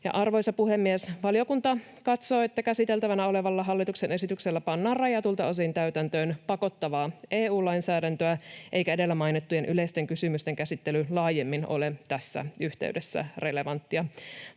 Arvoisa puhemies! Valiokunta katsoo, että käsiteltävänä olevalla hallituksen esityksellä pannaan rajatuilta osin täytäntöön pakottavaa EU-lainsäädäntöä, eikä edellä mainittujen yleisten kysymysten käsittely laajemmin ole tässä yhteydessä relevanttia.